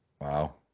Wow